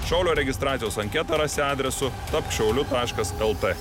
šaulio registracijos anketą rasi adresu tapk šauliu taškas lt